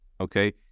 okay